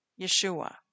Yeshua